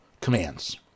commands